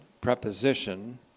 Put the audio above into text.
preposition